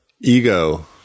ego